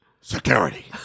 security